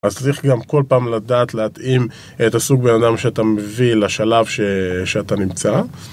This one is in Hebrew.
אז צריך גם כל פעם לדעת להתאים את הסוג בין אדם שאתה מביא לשלב שאתה נמצא.